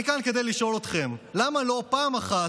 אני כאן כדי לשאול אתכם: למה שלא פעם אחת,